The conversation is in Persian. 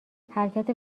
حرکت